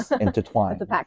Intertwined